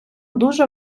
дуже